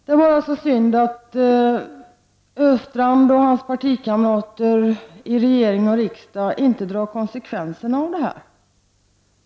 Det är alltså synd att Olle Östrand och hans partikamrater i regering och riksdag inte drar konsekvenserna av detta.